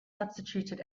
substituted